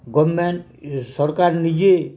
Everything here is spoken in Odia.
ଗଭ୍ମେଣ୍ଟ୍ ସରକାର ନିଜେ